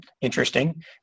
interesting